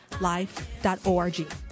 life.org